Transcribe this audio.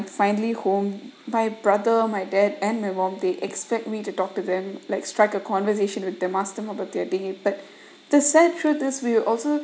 finally home my brother my dad and my mom they expect me to talk to them like strike a conversation with them ask them about their day but too sad through this we will also